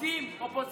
אתם לא נמצאים פה,